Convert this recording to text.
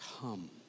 come